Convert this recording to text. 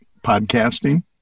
podcasting